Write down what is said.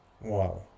Wow